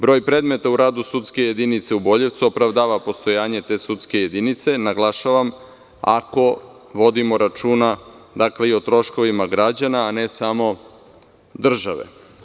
Broj predmeta u radu sudske jedinice u Boljevcu opravdava postojanje te sudske jedinice, naglašavam ako vodimo računa i o troškovima građana, a ne samo države.